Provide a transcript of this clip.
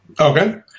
Okay